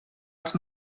als